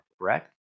correct